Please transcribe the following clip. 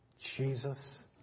Jesus